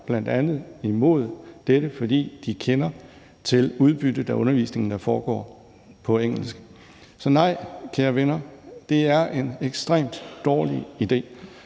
advarer imod dette, fordi de kender til udbyttet af den undervisning, der foregår på engelsk. Så nej, kære venner, det er en ekstremt dårlig idé.